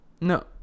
No